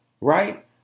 right